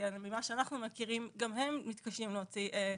ממה שאנחנו מכירים, גם הם מתקשים להוציא הכשרות.